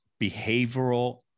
behavioral